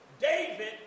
David